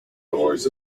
doors